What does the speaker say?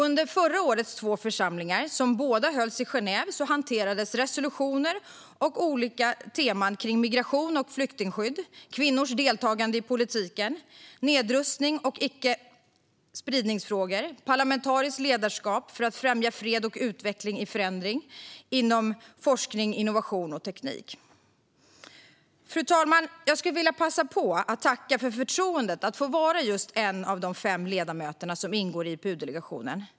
Under förra årets två församlingar, som båda hölls i Genève, hanterades resolutioner och olika teman som migration och flyktingskydd, kvinnors deltagande i politiken, nedrustning och icke-spridningsfrågor och parlamentariskt ledarskap för att främja fred och utveckling i förändring inom forskning, innovation och teknik. Fru talman! Jag vill passa på att tacka för att jag fått förtroendet att vara en av de fem ledamöter som ingår i IPU-delegationen.